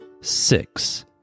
six